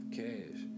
cash